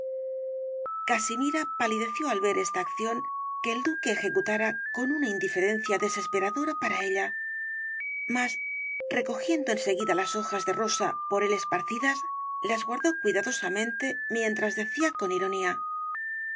casimira palideció al ver esta acción que el duque ejecutara con una indiferencia desesperadora para ella mas recogiendo en seguida las hojas de rosa por él esparcidas las guardó cuidadosamente mientras decía con ironía y